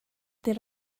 there